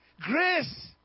Grace